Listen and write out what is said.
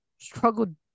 struggled